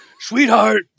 sweetheart